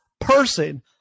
person